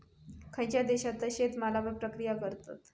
खयच्या देशात शेतमालावर प्रक्रिया करतत?